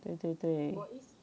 对对对